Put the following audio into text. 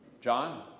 John